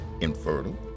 infertile